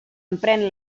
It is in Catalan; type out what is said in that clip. empren